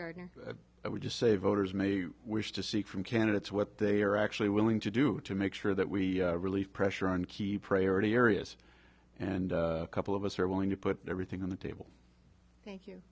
gardner i would just say voters may wish to seek from candidates what they are actually willing to do to make sure that we relieve pressure on key priority areas and a couple of us are willing to put everything on the table thank you